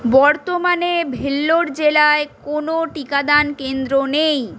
বর্তমানে ভেলোর জেলায় কোনও টিকাদান কেন্দ্র নেই